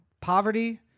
Poverty